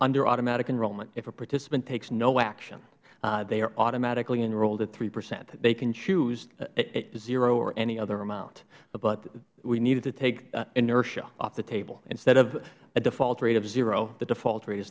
under automatic enrollment if a participant takes no action they are automatically enrolled at three percent they can choose zero or any other amount but we needed to take inertia off the table instead of a default rate of zero the default